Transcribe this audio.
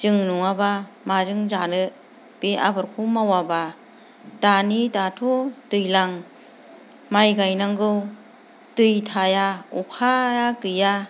जों नङाब्ला माजों जानो बे आबादखौ मावाब्ला दानि दाथ' दैज्लां माइ गायनांगौ दै थाया अखाया गैया